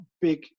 big